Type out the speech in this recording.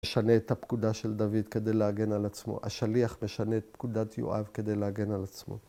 משנה את הפקודה של דוד כדי להגן על עצמו. השליח משנה את פקודת יואב כדי להגן על עצמו.